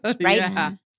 right